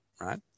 Right